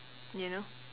you know